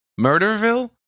Murderville